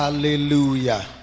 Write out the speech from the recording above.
Hallelujah